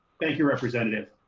yeah representative